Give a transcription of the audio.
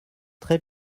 très